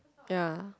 ya